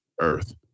earth